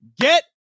get